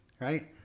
Right